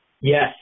Yes